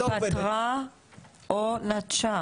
התפטרה או נטשה?